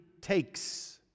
takes